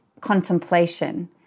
contemplation